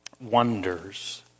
wonders